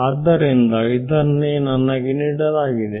ಆದ್ದರಿಂದ ಇದನ್ನೇ ನನಗೆ ನೀಡಲಾಗಿದೆ